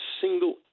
single